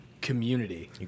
Community